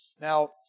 Now